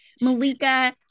malika